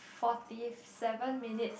forty seven minutes